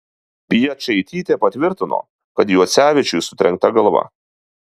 piečaitytė patvirtino kad juocevičiui sutrenkta galva